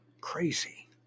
Crazy